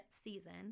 season